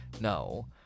No